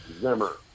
Zimmer